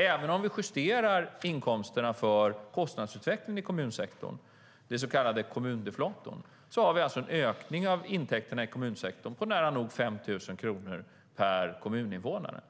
Även om vi justerar inkomsterna för kostnadsutvecklingen i kommunsektorn, den så kallade kommundeflatorn, har vi alltså en ökning av intäkterna i kommunsektorn på nära nog 5 000 kronor per kommuninvånare.